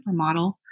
supermodel